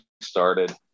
started